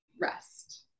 rest